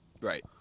Right